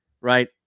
right